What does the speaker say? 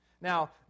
Now